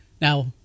Now